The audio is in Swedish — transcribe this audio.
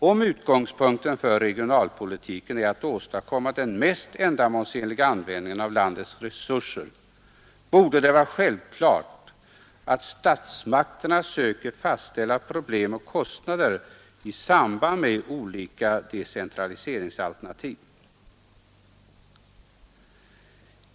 Om utgångspunkten för regionalpolitiken är att åstadkomma den mest ändamålsenliga användningen av landets resurser, borde det vara självklart att statsmakterna söker fastställa problem och kostnader i samband med olika decentraliseringsalternativ.